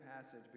passage